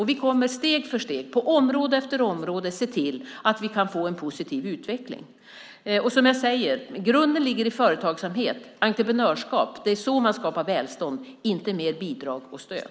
Vi kommer steg för steg på område efter område att se till att vi får en positiv utveckling. Grunden ligger i företagsamhet och entreprenörskap. Det är så man skapar välstånd, inte med bidrag och stöd.